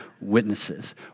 witnesses